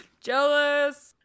Jealous